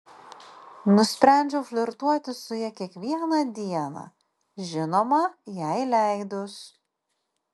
nusprendžiau flirtuoti su ja kiekvieną dieną žinoma jai leidus